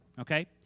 okay